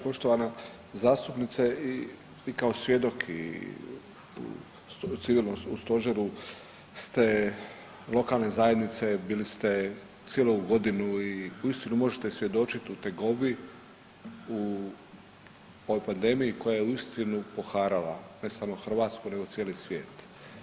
Poštovana zastupnice i vi kao svjedok i u civilnom Stožeru ste lokalne zajednice bili ste cijelu ovu godinu i uistinu možete svjedočiti u tegobi, u ovoj pandemiji koja je uistinu poharala ne samo Hrvatsku nego cijeli svijet.